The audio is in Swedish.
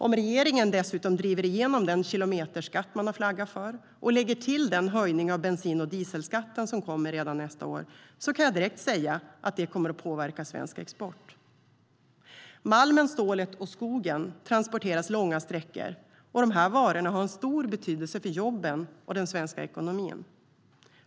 Om regeringen dessutom driver igenom den kilometerskatt man har flaggat för och lägger till den höjning av bensin och dieselskatten som kommer redan nästa år kan jag direkt säga att det kommer att påverka svensk export. Malmen, stålet och skogen transporteras långa sträckor, och de varorna har stor betydelse för jobben och den svenska ekonomin.